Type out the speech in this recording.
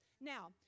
Now